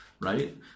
right